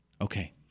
Okay